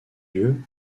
lieu